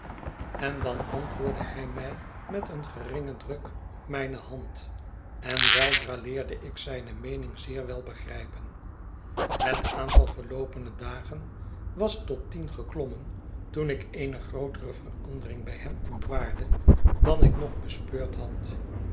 en dan antwoordde hij mij met een geringen druk op mijne hand en weldra leerde ik zijne meening zeer wel begrijpen het aantal verloopene dagen was tot tien geklommen toen ik eene grootere verandering bij hem ontwaarde dan ik nog bespeurd had